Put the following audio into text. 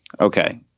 Okay